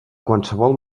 qualsevol